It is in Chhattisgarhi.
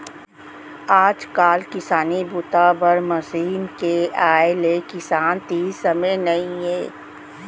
आजकाल किसानी बूता बर मसीन के आए ले किसान तीर समे नइ हे